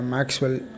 Maxwell